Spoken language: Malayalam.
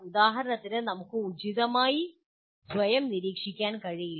ഉദാഹരണത്തിന് നമുക്ക് ഉചിതമായി സ്വയം നിരീക്ഷിക്കാൻ കഴിയില്ല